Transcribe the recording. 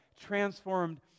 transformed